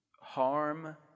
harm